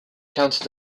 county